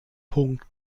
punkt